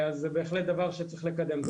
זה בהחלט דבר שצריך לקדם.